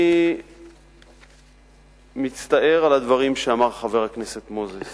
אני מצטער על הדברים שאמר חבר הכנסת מוזס